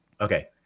Okay